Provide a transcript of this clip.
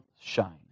shine